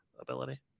ability